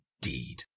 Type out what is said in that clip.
Deed